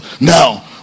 Now